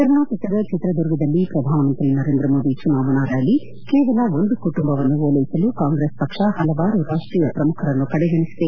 ಕರ್ನಾಟಕದ ಚಿತ್ರದುರ್ಗದಲ್ಲಿ ಪ್ರಧಾನಮಂತ್ರಿ ನರೇಂದ್ರ ಮೋದಿ ಚುನಾವಣಾ ರ್ಕಾಲಿ ಕೇವಲ ಒಂದು ಕುಟುಂಬವನ್ನು ಓಲ್ಲೆಸಲು ಕಾಂಗ್ರೆಸ್ ಪಕ್ಷ ಹಲವಾರು ರಾಷ್ಷೀಯ ಪ್ರಮುಖರನ್ನು ಕಡೆಗಣಿಸಿದೆ ಎಂದು ಆರೋಪ